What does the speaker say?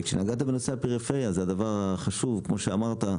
כשנגעת בנושא הפריפריה, אז הדבר החשוב כמו שאמרת,